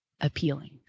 appealing